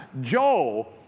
Joel